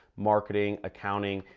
marketing, accounting,